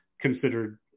considered